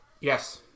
Yes